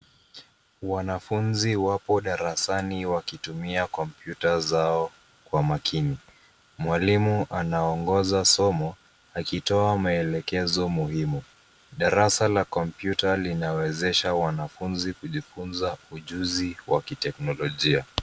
Wanafunzi wapo darasani wakitumia kompyuta zao kwa maakini. Mwalimu anaongoza somo akitoa maelekezo muhimu. Darasa la kompyuta linawezesha wanafunzi kujifunza ujuzi wa kiteknolojia.